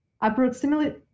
approximately